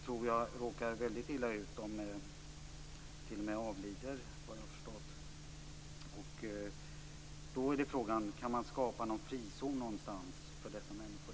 En del råkar väldigt illa ut, t.o.m. avlider efter vad jag har förstått. Då är frågan: Kan man skapa en frizon någonstans för dessa människor?